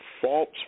false